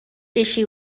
issue